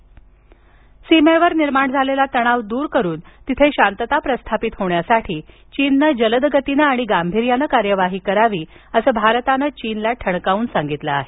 भारत चीन सीमेवर निर्माण झालेला तणाव दूर करून तिथे शांतता प्रस्थापित होण्यासाठी चीननं जलद गतीनं आणि गांभीर्यानं कार्यवाही करावी असं भारतानं चीनला ठणकावून सांगितलं आहे